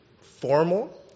formal